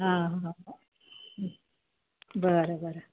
हां हां बरं बरं